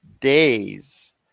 Days